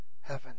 heaven